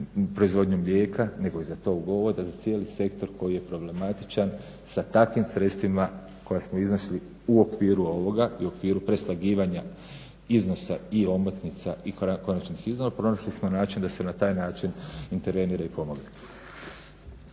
proizvodnju mlijeka nego i za …/Govornik se ne razumije./… sektor koji je problematičan sa takvim sredstvima koja smo iznosili u okviru ovoga i u okviru preslagivanja iznosa i omotnica i konačnih iznosa, pronašli smo način da se na taj način intervenira i pomogne.